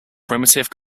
primitive